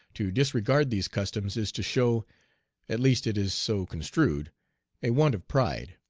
to disregard these customs is to show at least it is so construed a want of pride.